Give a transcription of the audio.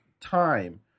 time